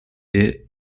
est